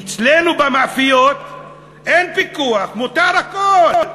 אצלנו במאפיות אין פיקוח, מותר הכול.